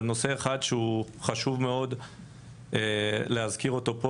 אבל נושא אחד שהוא חשוב מאוד להזכיר אותו פה